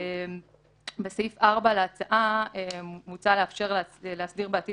בסעיף 4 להצעה מוצע לאפשר להסדיר בעתיד